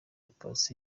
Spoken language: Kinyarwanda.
paccy